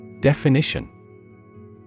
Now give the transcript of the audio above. Definition